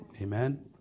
Amen